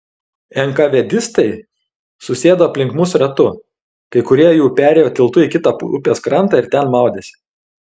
enkavedistai susėdo aplink mus ratu kai kurie jų perėjo tiltu į kitą upės krantą ir ten maudėsi